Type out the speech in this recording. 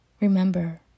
Remember